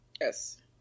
Yes